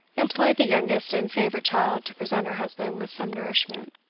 employed the youngest and favourite child to present her husband with some nourishment.